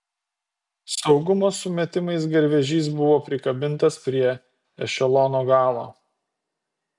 saugumo sumetimais garvežys buvo prikabintas prie ešelono galo